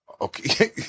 Okay